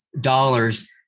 dollars